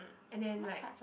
and then like